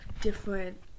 different